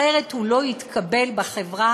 אחרת הוא לא יתקבל בחברה,